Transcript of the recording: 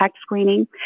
screening